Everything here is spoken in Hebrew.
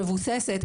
מבוססת,